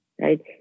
right